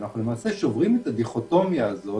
למעשה, אנחנו שוברים את הדיכוטומיה הזאת